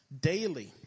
Daily